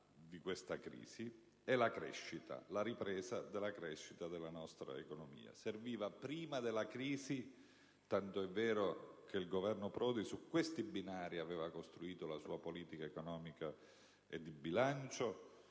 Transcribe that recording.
gravi di questa crisi, e con la ripresa della crescita della nostra economia. Serviva prima della crisi, tanto è vero che il Governo Prodi su questi binari aveva costruito la sua politica economica e di bilancio;